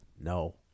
No